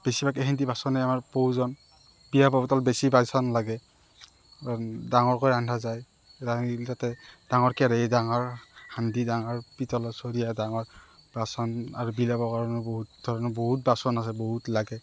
বেছিভাগ সিন্দি বাচনে আমাৰ প্ৰয়োজন বিয়াত বেছি বাইচন লাগে ডাঙৰকৈ ৰন্ধা যায় ৰান্ধিলে তাতে ডাঙৰ কেৰাহি ডাঙৰ সান্দি ডাঙৰ পিতলৰ চৰিয়া ডাঙৰ বাচন আৰু বিলাবৰ কাৰণে বহুত ধৰণৰ বহুত বাচন আছে বহুত লাগে